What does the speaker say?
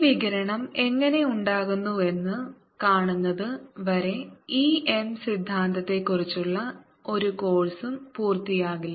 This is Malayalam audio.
ഈ വികിരണം എങ്ങനെ ഉണ്ടാകുന്നുവെന്ന് കാണുന്നത് വരെ e m സിദ്ധാന്തത്തെക്കുറിച്ചുള്ള ഒരു കോഴ്സും പൂർത്തിയാകില്ല